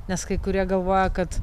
nes kai kurie galvoja kad